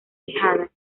tejada